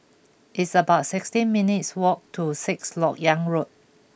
it's about sixteen minutes' walk to Sixth Lok Yang Road